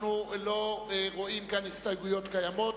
אנחנו לא רואים כאן הסתייגויות קיימות.